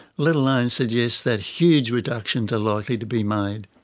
let alone suggests that huge reductions are likely to be made.